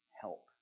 help